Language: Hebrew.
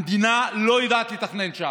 המדינה לא יודעת לתכנן שם,